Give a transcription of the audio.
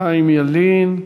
חיים ילין.